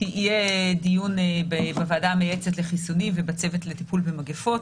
יהיה דיון בוועדה המייעצת לחיסונים ובצוות לטיפול במגיפות